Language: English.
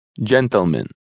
Gentlemen